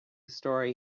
story